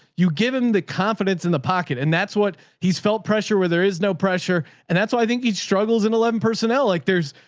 you give him the confidence in the pocket. and that's what he's felt. pressure where there is no pressure. and that's why i think he struggles in eleven personnel. like there's,